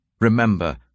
Remember